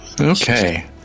Okay